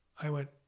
i went,